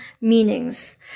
meanings